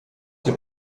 dem